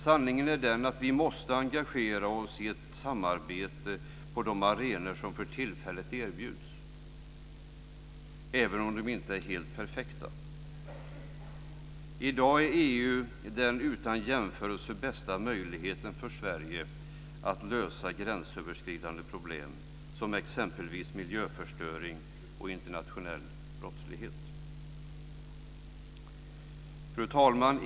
Sanningen är den att vi måste engagera oss i ett samarbete på de arenor som för tillfället erbjuds, även om de inte är helt perfekta. I dag är EU den utan jämförelse bästa möjligheten för Sverige att lösa gränsöverskridande problem som exempelvis miljöförstöring och internationell brottslighet. Fru talman!